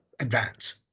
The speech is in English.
advance